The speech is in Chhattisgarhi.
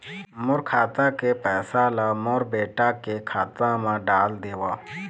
मोर खाता के पैसा ला मोर बेटा के खाता मा डाल देव?